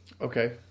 Okay